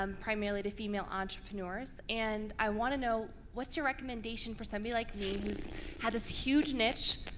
um primarily to female entrepreneurs. and i want to know what's your recommendation for somebody like me who's had this huge niche,